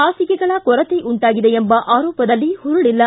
ಹಾಸಿಗೆಗಳ ಕೊರತೆ ಉಂಟಾಗಿದೆ ಎಂಬ ಆರೋಪದಲ್ಲಿ ಪುರುಳಿಲ್ಲ